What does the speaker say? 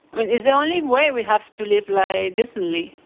i mean, it's the only way we have to live life decently.